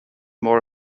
more